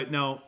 Now